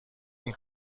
این